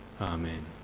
Amen